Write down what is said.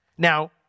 Now